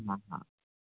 हा हा